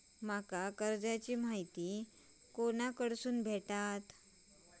माका कर्जाची माहिती कोणाकडसून भेटात?